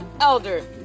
Elder